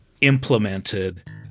implemented